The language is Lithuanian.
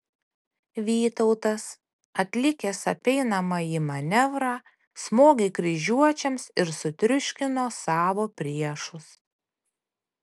vytautas atlikęs apeinamąjį manevrą smogė kryžiuočiams ir sutriuškino savo priešus